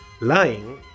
Lying